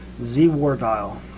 ZwarDial